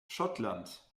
schottland